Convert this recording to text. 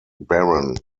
baron